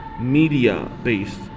media-based